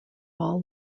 all